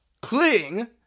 cling